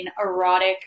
erotic